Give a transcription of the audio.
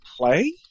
play